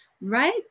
right